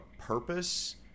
purpose